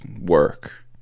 work